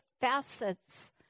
facets